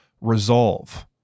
resolve